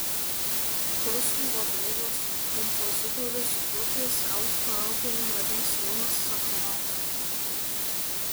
kursų vadovas kompozitorius grupės el fuego narys jonas sakalauskas